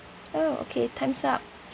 oh okay time's up